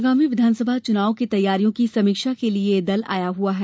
आगामी विधान सभा चुनाव की तैयारियों की समीक्षा लिए ये दल आया हुआ है